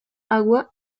agua